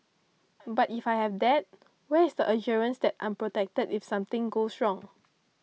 but if I have that where is the assurance that I'm protected if something goes wrong